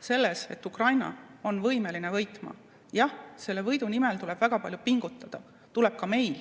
selles, et Ukraina on võimeline võitma. Jah, selle võidu nimel tuleb väga palju pingutada, tuleb pingutada ka meil.